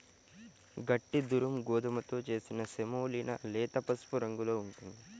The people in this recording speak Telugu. గట్టి దురుమ్ గోధుమతో చేసిన సెమోలినా లేత పసుపు రంగులో ఉంటుంది